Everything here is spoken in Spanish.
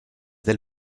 del